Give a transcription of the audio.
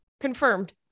confirmed